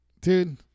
Dude